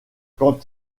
quand